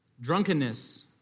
drunkenness